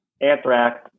Anthrax